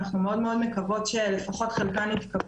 אנחנו מאוד מאוד מקוות שלפחות חלקן יתקבלו,